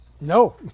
no